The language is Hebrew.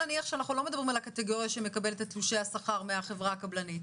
נניח שאנחנו לא מדברים על הקטגוריה של מקבלי תלושי השכר מהחברה הקבלנית